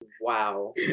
wow